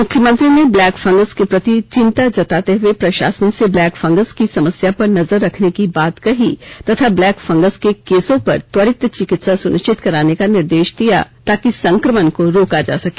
मुख्यमंत्री ने black fungals के प्रति चिंता जताते हुए प्रशासन से ब्लैक फंगल्स की समस्या पर नजर रखने की बात कही तथा ब्लैक फंगल्स के केसों पर त्वरित चिकित्सा सुनिश्चित कराने का निर्देश दिया ताकि संक्रमण को रोका जा सके